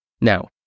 Now